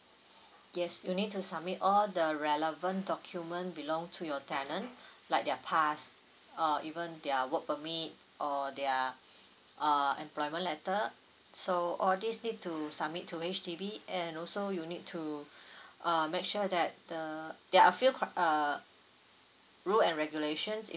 yes you need to submit all the relevant document belong to your tenant like their pass uh even their work permit or their uh employment letter so all these need to submit to H_D_B and also you need to uh make sure that the there are a few cri~ uh rules and regulations